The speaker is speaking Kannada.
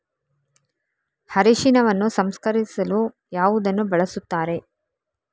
ಅರಿಶಿನವನ್ನು ಸಂಸ್ಕರಿಸಲು ಯಾವುದನ್ನು ಬಳಸುತ್ತಾರೆ?